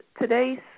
today's